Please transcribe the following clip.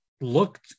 looked